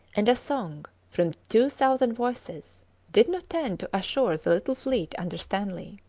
and a song from two thousand voices did not tend to assure the little fleet under stanley.